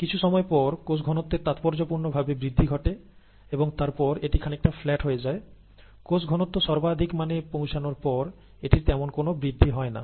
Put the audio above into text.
কিছু সময় পর কোষ ঘনত্বের তাৎপর্যপূর্ণভাবে বৃদ্ধি ঘটে এবং তারপর এটি খানিকটা ফ্ল্যাট হয়ে যায় কোষ ঘনত্ব সর্বাধিক মানে পৌঁছানোর পর এটির তেমন কোনো বৃদ্ধি হয় না